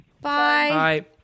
Bye